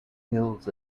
hills